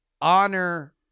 Honor